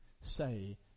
say